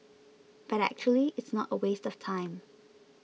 but actually it's not a waste of time